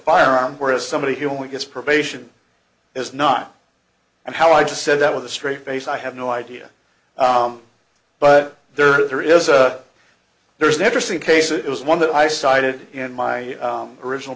firearm whereas somebody who only gets probation is not and how i just said that with a straight face i have no idea but there are there is a there's an interesting case it was one that i cited in my original